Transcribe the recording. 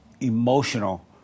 emotional